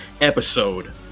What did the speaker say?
episode